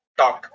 talk